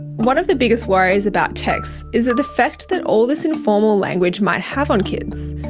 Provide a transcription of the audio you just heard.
one of the biggest worries about texts is the effect that all this informal language might have on kids.